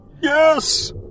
yes